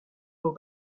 aux